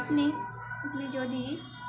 আপনি আপনি যদি